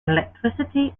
electricity